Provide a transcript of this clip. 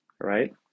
right